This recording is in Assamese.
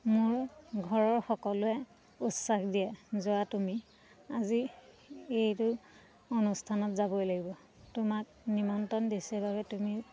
মোৰ ঘৰৰ সকলোৱে উৎসাহ দিয়ে যোৱা তুমি আজি এইটো অনুষ্ঠানত যাবই লাগিব তোমাক নিমন্ত্ৰণ দিছে বাবে তুমি